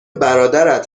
برادرت